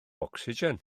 ocsigen